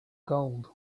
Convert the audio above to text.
gold